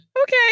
Okay